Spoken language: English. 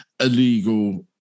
illegal